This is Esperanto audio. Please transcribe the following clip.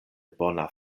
bona